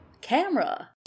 Camera